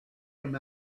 him